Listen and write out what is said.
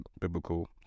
biblical